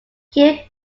kill